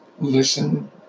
listen